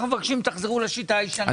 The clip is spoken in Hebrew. אנחנו מבקשים שתחזרו לשיטה הישנה.